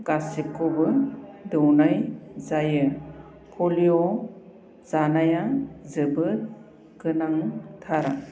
गासैखौबो दौनाय जायो पलिय' जानाया जोबोद गोनांथार